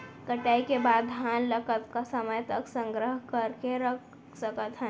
कटाई के बाद धान ला कतका समय तक संग्रह करके रख सकथन?